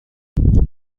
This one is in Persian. میتوانم